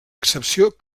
excepció